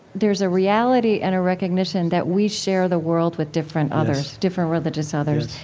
there's a reality and a recognition that we share the world with different others, different religious others,